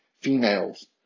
females